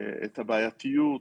את הבעייתיות.